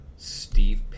Steve